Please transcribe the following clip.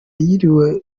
yiriwe